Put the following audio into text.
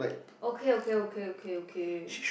okay okay okay okay okay